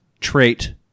trait